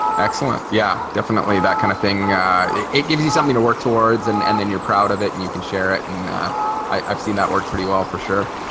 excellent yeah definitely, that kind of thing it gives you something to work towards and and then you're proud of it, and you can share it, you know i've seen that work pretty well for sure.